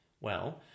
Well